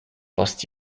post